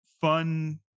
fun